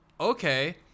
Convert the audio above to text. okay